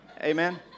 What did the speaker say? Amen